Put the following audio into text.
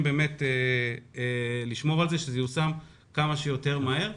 לשמור על כך שזה ייושם כמה שיותר מהר.